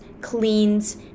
cleans